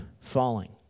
falling